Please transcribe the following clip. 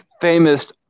famous